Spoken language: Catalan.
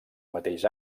mateix